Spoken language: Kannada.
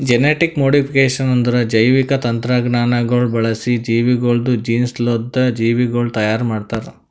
ಜೆನೆಟಿಕ್ ಮೋಡಿಫಿಕೇಷನ್ ಅಂದುರ್ ಜೈವಿಕ ತಂತ್ರಜ್ಞಾನಗೊಳ್ ಬಳಸಿ ಜೀವಿಗೊಳ್ದು ಜೀನ್ಸ್ಲಿಂತ್ ಜೀವಿಗೊಳ್ ತೈಯಾರ್ ಮಾಡ್ತಾರ್